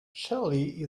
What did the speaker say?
shelly